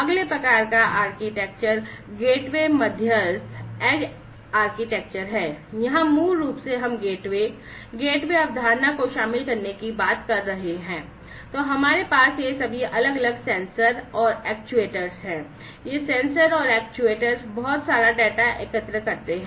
अगले प्रकार का आर्किटेक्चर गेटवे मध्यस्थ बहुत सारा डेटा एकत्र करते हैं